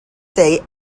day